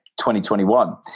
2021